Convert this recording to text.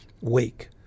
wake